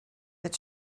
that